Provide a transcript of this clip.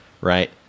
Right